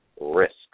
risks